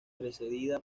precedida